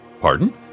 Pardon